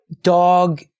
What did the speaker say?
dog